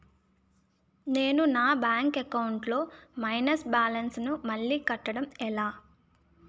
నేను నా bank account లొ మైనస్ బాలన్స్ ను మళ్ళీ కట్టడం ఎలా?